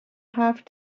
have